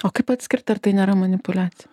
o kaip atskirti ar tai nėra manipuliacija